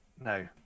No